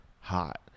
hot